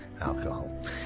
alcohol